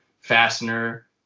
fastener